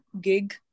gig